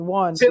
one